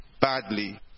badly